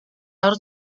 harus